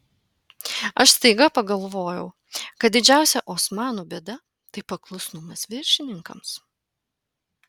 aš staiga pagalvojau kad didžiausia osmanų bėda tai paklusnumas viršininkams